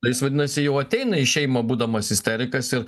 jis vadinasi jau ateina į šeimą būdamas isterikas ir